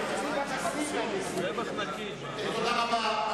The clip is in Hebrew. תודה רבה.